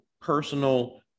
personal